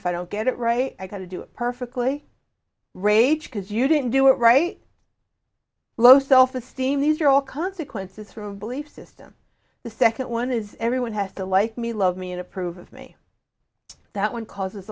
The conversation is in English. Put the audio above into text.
if i don't get it right i got to do it perfectly rage because you didn't do it right low self esteem these are all consequences from a belief system the second one is everyone has to like me love me and approve of me that one causes